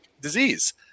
disease